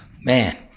Man